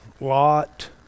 Lot